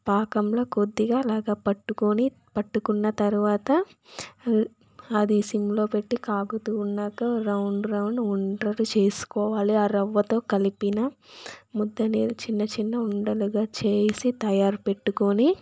పాకంలో కొద్దిగా అలాగా పట్టుకుని పట్టుకున్న తర్వాత అది సిమ్లో పెట్టి కాగుతూ ఉన్నాక రౌండ్ రౌండ్ ఉండలు చేసుకోవాలి ఆ రవ్వతో కలిపిన ముద్ద చిన్న చిన్న ఉండలుగా చేసి తయారు పెట్టుకుని